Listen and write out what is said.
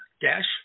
dash